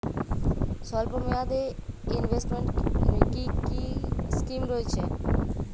স্বল্পমেয়াদে এ ইনভেস্টমেন্ট কি কী স্কীম রয়েছে?